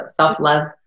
self-love